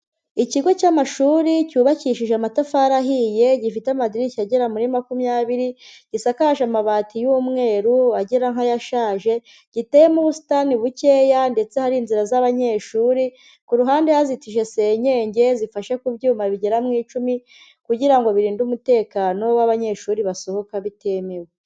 Ikigo cy'amashuri cyubakishije amatafari ahiye, gifite amadirishya agera muri makumyabiri, gisakaje amabati y'umweru agera nk'ayashaje, giteyemo ubusitani bukeya ndetse hari inzira z'abanyeshuri, ku ruhande hazitije senyenge zifashe ku byuma bigera mu icumi kugira ngo birinde umutekano w'abanyeshuri basohoka bitemewe.